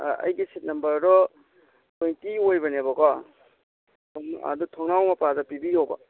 ꯑꯩꯒꯤ ꯁꯤꯠ ꯅꯝꯕꯔꯗꯣ ꯇ꯭ꯋꯦꯟꯇꯤ ꯑꯣꯏꯕꯅꯦꯕ ꯀꯣ ꯑꯗꯣ ꯊꯣꯡꯅꯥꯎ ꯃꯄꯥꯗ ꯄꯤꯕꯤꯌꯣꯕ